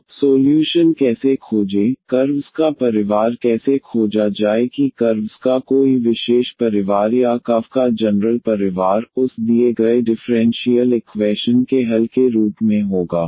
तो सोल्यूशन कैसे खोजें कर्व्स का परिवार कैसे खोजा जाए कि कर्व्स का कोई विशेष परिवार या कर्व का जनरल परिवार उस दिए गए डिफरेंशियल इक्वैशन के हल के रूप में होगा